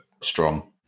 strong